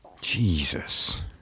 jesus